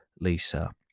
Lisa